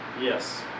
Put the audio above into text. Yes